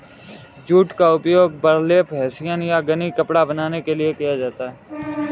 jute का उपयोग burlap hessian या गनी कपड़ा बनाने के लिए किया जाता है